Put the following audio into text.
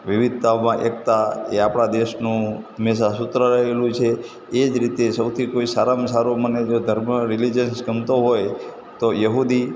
વિવિધતામાં એકતા એ આપણા દેશનું હંમેશાં સૂત્ર રહેલું છે એ જ રીતે સૌથી કોઈ સારામાં સારો મને જો ધર્મ રિલીજન્સ ગમતો હોય તો યહુદી